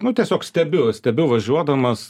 nu tiesiog stebiu stebiu važiuodamas